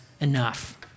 enough